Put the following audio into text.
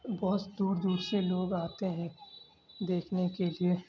بہت سے دور دور سے لوگ آتے ہیں دیکھنے کے لیے